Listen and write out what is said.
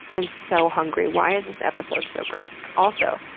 and so hungry. why is this episode so gross? also,